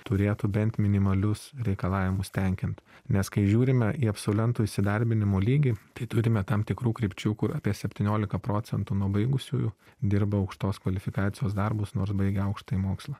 turėtų bent minimalius reikalavimus tenkint nes kai žiūrime į absolventų įsidarbinimo lygį tai turime tam tikrų krypčių kur apie septyniolika procentų nuo baigusiųjų dirba aukštos kvalifikacijos darbus nors baigę aukštąjį mokslą